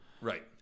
Right